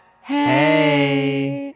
Hey